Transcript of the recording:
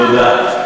תודה.